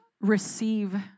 receive